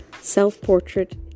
Self-Portrait